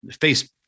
face